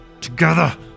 Together